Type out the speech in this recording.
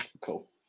Cool